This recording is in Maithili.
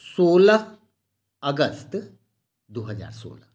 सोलह अगस्त दू हजार सोलह